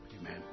amen